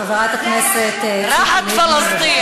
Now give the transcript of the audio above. "ראחת פלסטין".